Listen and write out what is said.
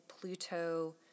Pluto